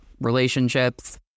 relationships